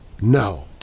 No